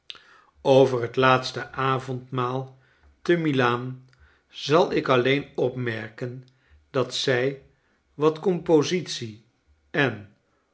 over het laatste avondmaal temilaan zal ik alleen opmerken dat zij wat compositie en